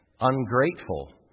ungrateful